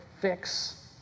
fix